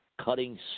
cutting